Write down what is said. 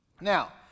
Now